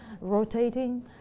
rotating